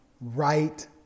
right